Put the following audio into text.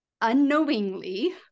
unknowingly